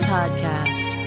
Podcast